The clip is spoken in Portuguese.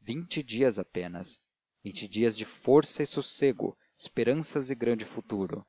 vinte dias apenas vinte dias de força e sossego esperanças e grande futuro